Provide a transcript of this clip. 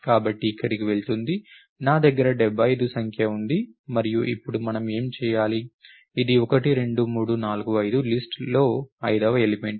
కాబట్టి ఇక్కడకు వెళుతుంది నా దగ్గర 75 సంఖ్య ఉంది మరియు ఇప్పుడు మనం ఏమి చేయాలి ఇది 1 2 3 4 5 లిస్ట్ లో 5వ ఎలిమెంట్